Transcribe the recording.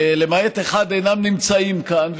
שלמעט אחד אינם נמצאים כאן,